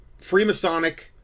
freemasonic